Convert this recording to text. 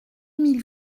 mille